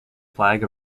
flag